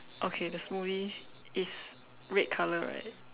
okay the smoothie is red color right